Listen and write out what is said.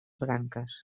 branques